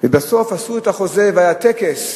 ובסוף עשו את החוזה והיה טקס,